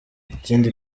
ikindi